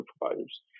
providers